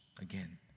Again